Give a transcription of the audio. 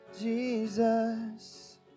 Jesus